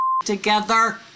together